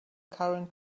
current